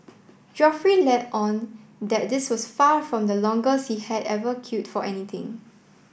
Geoffrey let on that this was far from the longest he had ever queued for anything